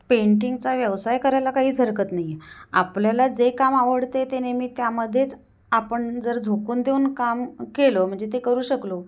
पेंटिंगचा व्यवसाय करायला काहीच हरकत नाही आहे आपल्याला जे काम आवडते ते नेहमी त्यामध्येच आपण जर झोकून देऊन काम केलं म्हणजे ते करू शकलो